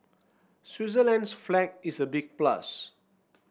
Switzerland's flag is a big plus